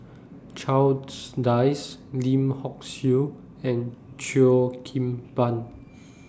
Charles Dyce Lim Hock Siew and Cheo Kim Ban